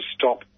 stop